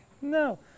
No